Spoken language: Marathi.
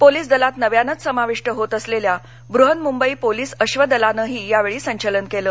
पोलीस दलात नव्यानेच समाविष्ट होत असलेल्या बहन्मुंबई पोलीस अश्वदलानेही यावेळी संचलन केल